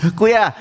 kuya